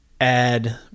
add